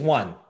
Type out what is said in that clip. one